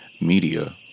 Media